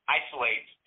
isolate